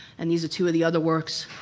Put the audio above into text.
and these are two of the other works,